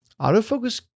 autofocus